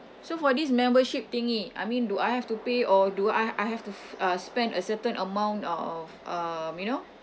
so for this membership thingy I mean do I have to pay or do I I have to f~ uh spend a certain amount of um you know